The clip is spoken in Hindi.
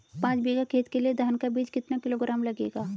पाँच बीघा खेत के लिये धान का बीज कितना किलोग्राम लगेगा?